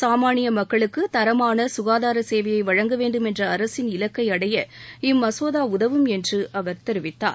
சாமாளிய மக்களுக்கு தரமான கசுகாதார சேவையை வழங்க வேண்டும் என்ற அரசின் இலக்கை அடைய இம்மசோதா உதவும் என்று அவர் கூறினார்